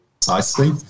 precisely